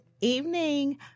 evening